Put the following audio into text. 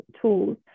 tools